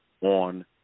on